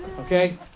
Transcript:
Okay